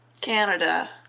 Canada